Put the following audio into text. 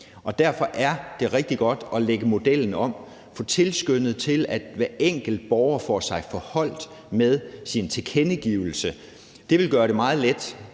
derfor er det rigtig godt at lægge modellen om og få tilskyndet til, at hver enkelt borger med sin tilkendegivelse forholder sig til det.